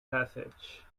passage